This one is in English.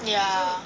ya